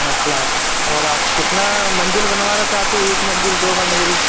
पाँच लाख और आप कितना मंजिल बनवाना चाहते हो एक मंजिल दो मंजिल